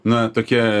na tokia